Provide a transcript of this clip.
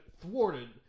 thwarted